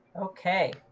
Okay